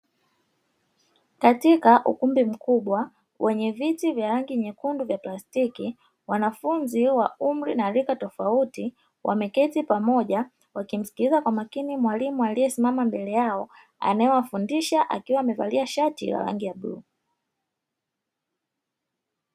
Katika ukumbi mkubwa wenye viti vya rangi nyekundu vya plastiki, wanafunzi wa umri na rika tofauti wameketi kwa pamoja wakimsikiliza kwa makini mwalimu aliyesimama mbele yao, akiwa anawafundisha akiwa amevalia shati la rangi ya bluu.